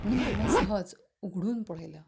म्हणून हांवें सहज उगडून पळयलो